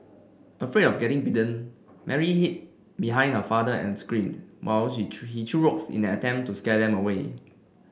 afraid of getting bitten Mary hid behind her father and screamed while she threw he threw rocks in an attempt to scare them away